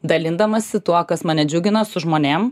dalindamasi tuo kas mane džiugina su žmonėm